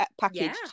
packaged